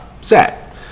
set